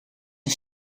een